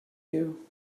you